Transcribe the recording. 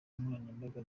nkoranyambaga